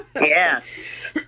Yes